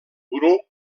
grup